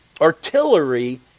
artillery